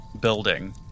building